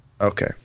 Okay